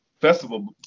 Festival